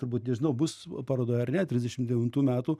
turbūt nežinau bus parodoj ar ne trisdešimt devintų metų